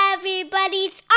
Everybody's